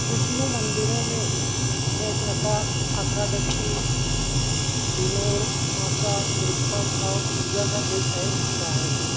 وشنو مندروں میں ویکنتا اکادشی دھنورماسا ورتھم اور پوجا کا ایک اہم حصہ ہے